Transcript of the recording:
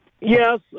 Yes